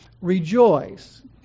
rejoice